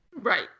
right